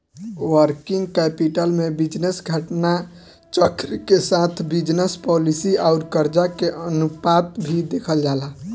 working capital में business घटना चक्र के साथ बिजनस पॉलिसी आउर करजा के अनुपात भी देखल जाला